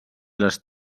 les